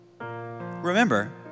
remember